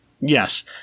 Yes